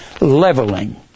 leveling